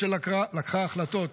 מנהיגות שלקחה החלטות,